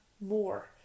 more